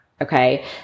Okay